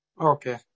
Okay